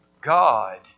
God